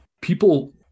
people